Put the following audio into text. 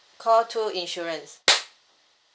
call two insurance